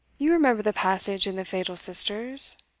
you remember the passage in the fatal sisters,